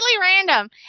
random